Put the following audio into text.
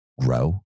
grow